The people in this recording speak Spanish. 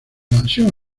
mansión